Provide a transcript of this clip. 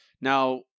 Now